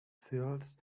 sills